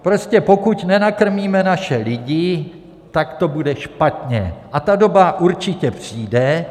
Prostě pokud nenakrmíme naše lidi, tak to bude špatně, a ta doba určitě přijde.